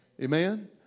Amen